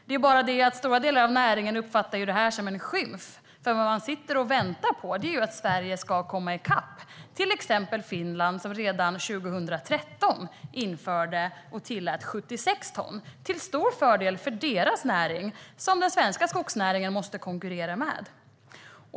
Det är bara det att stora delar av näringen uppfattar detta som en skymf, för vad man sitter och väntar på är ju att Sverige ska komma i kapp till exempel Finland, som redan 2013 införde och tillät 76 ton, till stor fördel för deras näring, som den svenska skogsnäringen måste konkurrera med.